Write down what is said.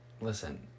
listen